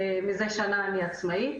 מזה שנה אני עצמאית